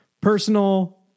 personal